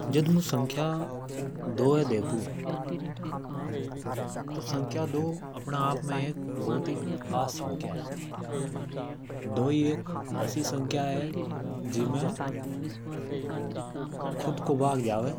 ﻿जद मुं संख्या दो है देखू तो संख्या दो अपने आप में एक बहुत ही खास संख्या है। दो ही एक असी संख्या है जीमे खुद को भाग जावे